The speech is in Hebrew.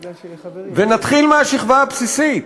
נתחיל מהשכבה הבסיסית,